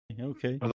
Okay